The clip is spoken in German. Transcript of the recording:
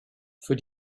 für